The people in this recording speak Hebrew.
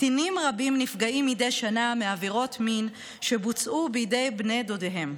קטינים רבים נפגעים מדי שנה מעבירות מין שבוצעו בידי בני דודיהם.